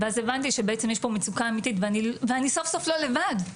ואז הבנתי שבעצם יש פה מצוקה אמיתית ואני סוף סוף לא לבד,